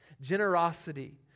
Generosity